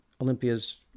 Olympia's